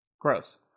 Gross